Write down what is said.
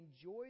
enjoy